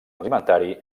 alimentari